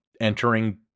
entering